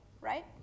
right